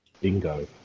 bingo